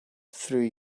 through